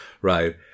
right